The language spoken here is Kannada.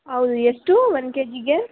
ಹೌದು ಎಷ್ಟೂ ಒಂದು ಕೆ ಜಿಗೆ